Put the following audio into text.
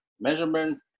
measurement